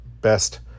best